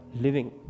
living